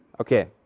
Okay